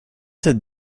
cette